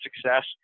success